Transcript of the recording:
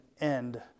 end